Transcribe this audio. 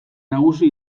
nagusi